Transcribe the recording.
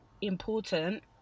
important